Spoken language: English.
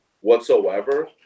whatsoever